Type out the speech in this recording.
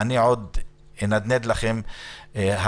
אני עוד אנדנד לכם הרבה,